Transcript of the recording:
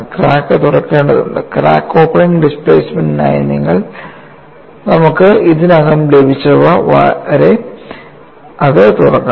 crack തുറക്കേണ്ടതുണ്ട് crack opening ഡിസ്പ്ലേസ്മെൻറായി നമ്മൾക്ക് ഇതിനകം ലഭിച്ചവ വരെ അത് തുറക്കണം